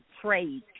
trade